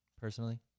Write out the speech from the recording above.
personally